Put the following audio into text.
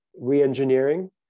re-engineering